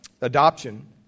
adoption